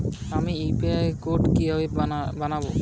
আমি UPI code কিভাবে বানাব?